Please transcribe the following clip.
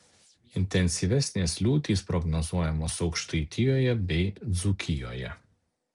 intensyvesnės liūtys prognozuojamos aukštaitijoje bei dzūkijoje